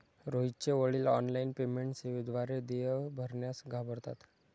रोहितचे वडील online payment सेवेद्वारे देय भरण्यास घाबरतात